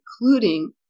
including